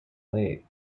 late